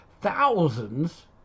thousands